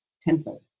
tenfold